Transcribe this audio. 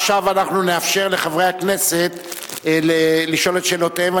עכשיו אנחנו נאפשר לחברי הכנסת לשאול את שאלותיהם.